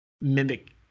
mimic